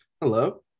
Hello